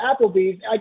Applebee's